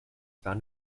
found